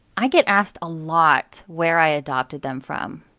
i get asked a lot where i adopted them from